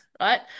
right